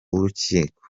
w’urukiko